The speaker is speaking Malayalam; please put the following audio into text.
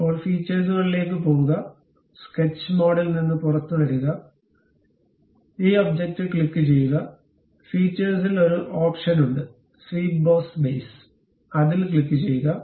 ഇപ്പോൾ ഫീച്ചേഴ്സുകളിലേക്ക് പോകുക സ്കെച്ച് മോഡിൽ നിന്ന് പുറത്തുവരിക ഈ ഒബ്ജക്റ്റ് ക്ലിക്കുചെയ്യുക ഫീച്ചേർസിൽ ഒരു ഓപ്ഷൻ ഉണ്ട് സ്വീപ്പ് ബോസ് ബേസ് അതിൽ ക്ലിക്കുചെയ്യുക